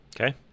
Okay